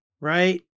right